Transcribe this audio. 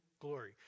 glory